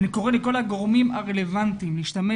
אני קורא לכל הגורמים הרלוונטיים להשתמש